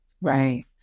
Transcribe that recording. Right